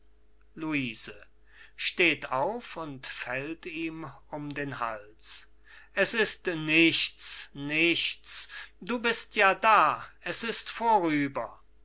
hals es ist nichts nichts du bist ja da es ist vorüber